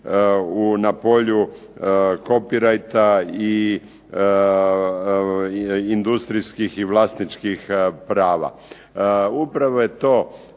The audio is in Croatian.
na polju copy righta i industrijskih i vlasničkih prava. Upravo to,